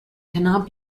cannot